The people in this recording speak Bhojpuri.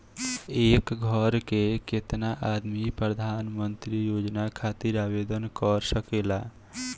एक घर के केतना आदमी प्रधानमंत्री योजना खातिर आवेदन कर सकेला?